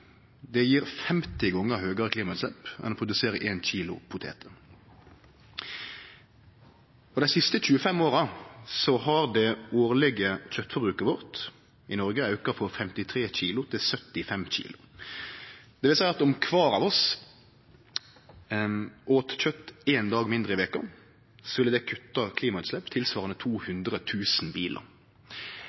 gir 50 gonger høgare klimautslepp enn å produsere ein kilo poteter. Dei siste 25 åra har det årlege kjøtforbruket i Noreg auka frå 53 kilo til 75 kilo. Det vil seie at om kvar av oss åt kjøt ein dag mindre i veka, ville det ha kutta klimautsleppa tilsvarande 200 000 bilar.